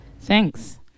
Thanks